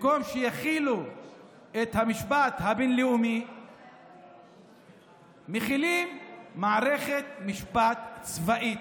במקום שיחילו את המשפט הבין-לאומי מחילים מערכת משפט צבאית,